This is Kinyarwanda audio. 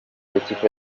ikipe